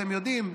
אתם יודעים,